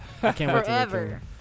Forever